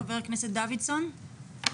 חבר הכנסת דוידסון, בבקשה.